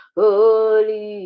holy